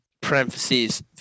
parentheses